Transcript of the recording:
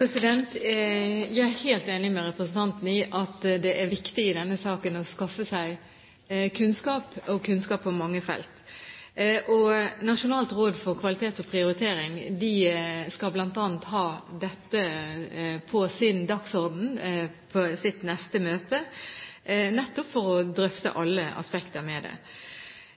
Jeg er helt enig med representanten i at det er viktig i denne saken å skaffe seg kunnskap, og kunnskap på mange felt. Nasjonalt råd for kvalitet og prioritering skal bl.a. ha dette på sin dagsorden på sitt neste møte, nettopp for å drøfte alle aspekter ved